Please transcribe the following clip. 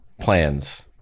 plans